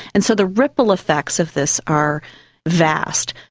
and so the ripple effects of this are vast.